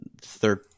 third